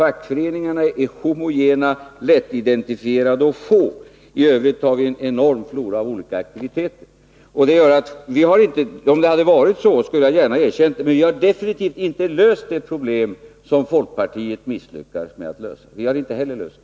Fackföreningarna är homogena, lättidentifierade och få. I övrigt har vi en enorm flora av olika aktiviteter. Om vi hade lyckats skulle jag gärna ha erkänt det, men vi har definitivt inte löst det problem som folkpartiet misslyckades med att lösa.